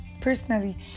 personally